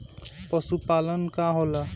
पशुपलन का होला?